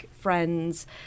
friends